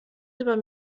über